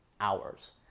hours